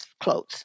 clothes